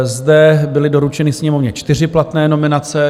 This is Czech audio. Zde byly doručeny Sněmovně čtyři platné nominace.